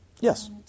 Yes